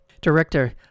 Director